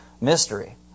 Mystery